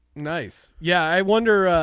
nice. yeah i wonder.